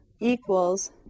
equals